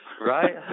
Right